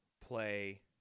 play